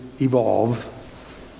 evolve